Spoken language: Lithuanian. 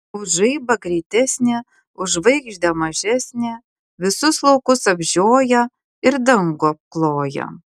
už žaibą greitesnė už žvaigždę mažesnė visus laukus apžioja ir dangų apkloja